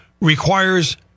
requires